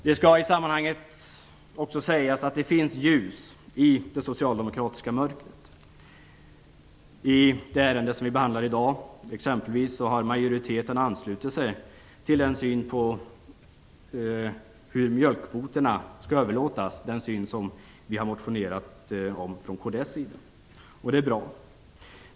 Det skall i sammanhanget också sägas att det finns ljus i det socialdemokratiska mörkret. När det gäller det ärende som vi behandlar i dag har t.ex. majoriteten anslutit sig till den syn på hur mjölkkvoterna skall överlåtas som vi har motionerat om från kds sida. Det är bra.